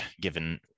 given